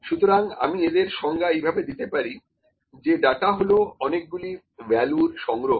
সুতরাং আমি এদের সংজ্ঞা এইভাবে দিতে পারি যে ডাটা হলো অনেকগুলো ভ্যালুর সংগ্রহ